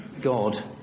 God